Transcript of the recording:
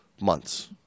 months